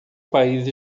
país